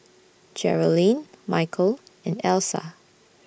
Geralyn Michal and Elsa